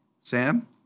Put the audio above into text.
Sam